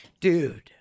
Dude